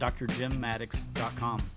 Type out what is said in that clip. drjimmaddox.com